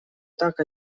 так